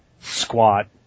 squat